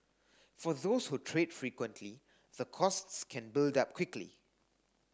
for those who trade frequently the costs can build up quickly